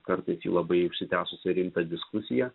kartais į labai užsitęsusią rimtą diskusiją